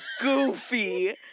goofy